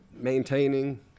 Maintaining